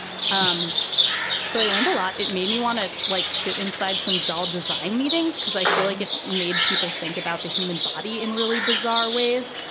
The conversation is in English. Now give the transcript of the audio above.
um so i learned a lot. it made me want to like sit inside some doll design meetings because i feel like it made people think about the human body in really bizarre ways.